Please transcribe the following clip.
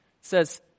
says